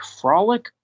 frolic